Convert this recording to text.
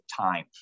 time